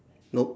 nope